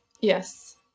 Yes